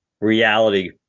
reality